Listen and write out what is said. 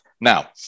Now